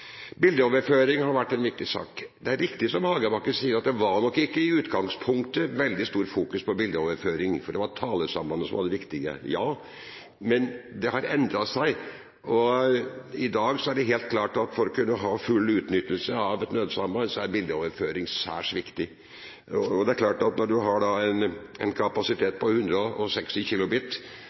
Bildeoverføring har vært en viktig sak. Det er riktig som Hagebakken sier, at det nok ikke i utgangspunktet var veldig stort fokus på bildeoverføring, fordi det var talesambandet som var det viktige. Men det har endret seg. I dag er det helt klart at for å kunne ha full utnyttelse av et nødsamband er bildeoverføring særs viktig. Det er klart at når du har en kapasitet på 160 kilobyte, mens du med 4G nå får en kapasitet på